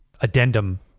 addendum